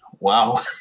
Wow